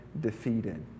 defeated